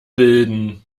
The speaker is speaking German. bilden